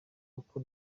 uko